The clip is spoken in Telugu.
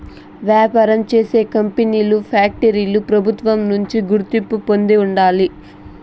వ్యాపారం చేసే కంపెనీలు ఫ్యాక్టరీలు ప్రభుత్వం నుంచి గుర్తింపు పొంది ఉండాలి